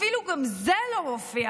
אפילו זה לא הופיע.